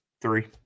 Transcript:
Three